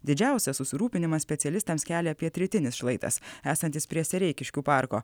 didžiausią susirūpinimą specialistams kelia pietrytinis šlaitas esantis prie sereikiškių parko